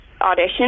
audition